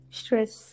stress